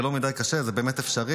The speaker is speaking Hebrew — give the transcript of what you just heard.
זה לא קשה מדי, זה באמת אפשרי.